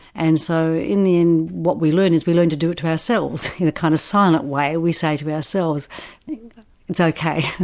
and so in the end what we learn is we learn to do it to ourselves in a kind of silent way. we say to ourselves it's ok,